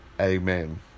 amen